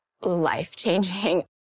life-changing